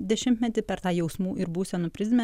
dešimtmetį per tą jausmų ir būsenų prizmę